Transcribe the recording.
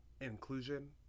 inclusion